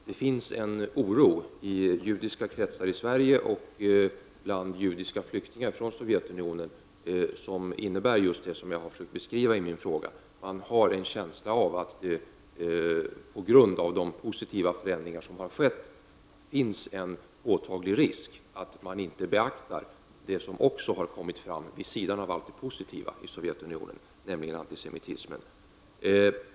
Det finns en oro i judiska kretsar i Sverige och bland judiska flyktingar från Sovjetunionen som innebär just det som jag har försökt beskriva i min fråga: de har en känsla av att det på grund av de positiva förändringar som har skett finns en påtaglig risk att man inte beaktar det som också har kommit fram vid sidan av allt det positiva i Sovjetunionen, nämligen antisemitismen.